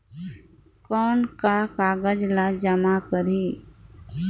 कौन का कागज ला जमा करी?